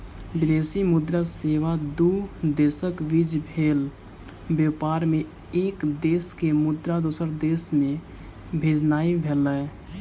विदेशी मुद्रा सेवा दू देशक बीच भेल व्यापार मे एक देश के मुद्रा दोसर देश मे भेजनाइ भेलै